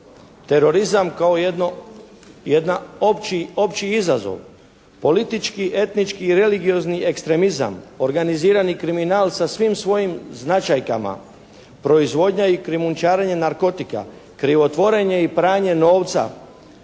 terorizam kao jedna opći izazov. Politički, etnički i religiozni ekstremizam, organizirani kriminal sa svim svojim značajkama, proizvodnja i krijumčarenje narkotika, krivotvorenje i pranje novca,